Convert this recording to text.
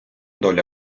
доля